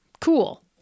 cool